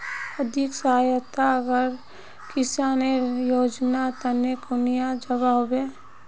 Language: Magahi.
आर्थिक सहायता आर किसानेर योजना तने कुनियाँ जबा होबे?